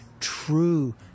true